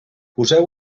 poseu